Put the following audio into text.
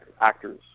actors